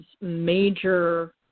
major